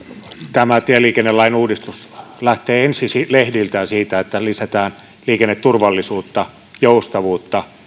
tämä tieliikennelain uudistus lähtee ensi ensi lehdiltään siitä että lisätään liikenneturvallisuutta ja joustavuutta